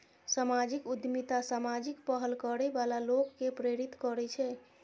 सामाजिक उद्यमिता सामाजिक पहल करै बला लोक कें प्रेरित करै छै